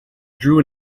drew